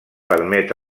permet